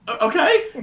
okay